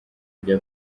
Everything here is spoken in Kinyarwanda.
rya